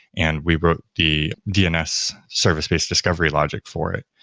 and we wrote the dns service-based discovery logic for it.